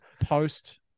post